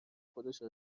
خودشو